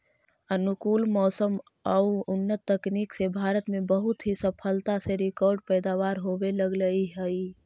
अनुकूल मौसम आउ उन्नत तकनीक से भारत में बहुत ही सफलता से रिकार्ड पैदावार होवे लगले हइ